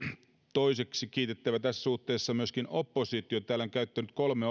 toiseksi on kiitettävä tässä suhteessa myöskin oppositiota täällä on käyttänyt kolme